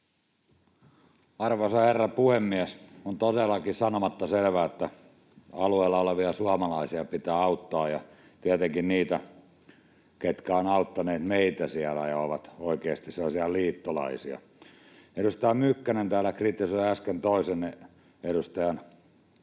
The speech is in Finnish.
Arvoisa herra puhemies! On todellakin sanomatta selvää, että pitää auttaa alueella olevia suomalaisia ja tietenkin niitä, ketkä ovat auttaneet meitä siellä ja ovat oikeasti sellaisia liittolaisia. Edustaja Mykkänen täällä kritisoi äsken toisen edustajan